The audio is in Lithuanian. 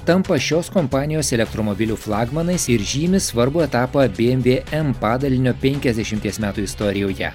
tampa šios kompanijos elektromobilių flagmanais ir žymi svarbų etapą bmw m padalinio penkiasdešimties metų istorijoje